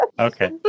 Okay